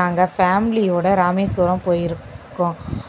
நாங்கள் ஃபேமிலியோட ராமேஸ்வரம் போயிருக்கோம்